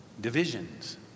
divisions